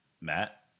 Matt